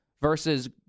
versus